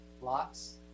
lots